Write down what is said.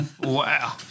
Wow